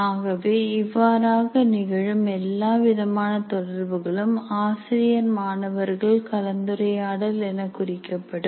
ஆகவே இவ்வாறாக நிகழும் எல்லா விதமான தொடர்புகளும் ஆசிரியர் மாணவர்கள் கலந்துரையாடல் என குறிக்கப்படும்